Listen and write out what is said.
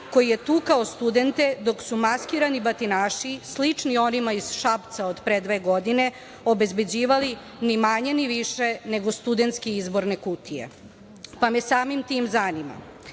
koji je tukao studente dok su maskirani batinaši slični onima iz Šapca od pre dve godine, obezbeđivali ni manje ni više nego studentske izborne kutije. Samim tim me zanima,